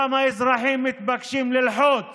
וגם האזרחים מתבקשים ללחוץ